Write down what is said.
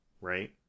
right